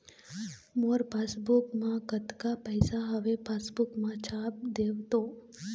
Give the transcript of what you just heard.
मोर passbook मा कतका पैसा हवे पासबुक मा छाप देव तो?